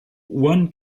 uhren